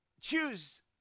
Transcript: choose